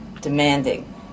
demanding